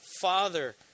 Father